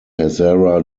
hazara